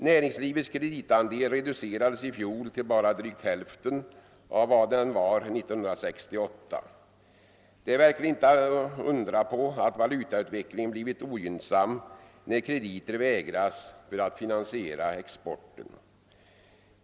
Näringslivets kreditandel reducerades i fjol till bara drygt hälften av vad den var 1968. Det är verkligen inte att undra på att valutautvecklingen blivit ogynnsam när krediter vägras för att finansiera exporten.